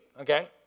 Okay